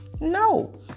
No